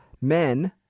men